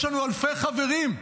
יש לנו אלפי חברים,